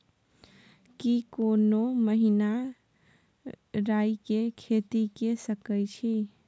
की कोनो महिना राई के खेती के सकैछी?